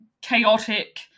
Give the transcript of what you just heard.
chaotic